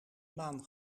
maan